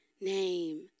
name